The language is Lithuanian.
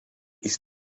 jis